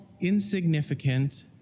insignificant